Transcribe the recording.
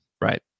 Right